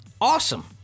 awesome